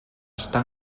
està